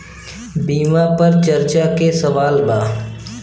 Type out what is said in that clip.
बीमा पर चर्चा के सवाल बा?